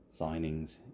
signings